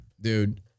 Dude